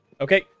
Okay